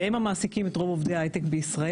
שהם המעסיקים את רוב עובדי ההיי-טק בישראל,